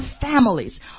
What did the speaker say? families